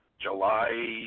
July